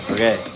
Okay